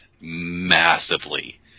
massively